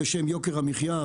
בשם יוקר המחיה,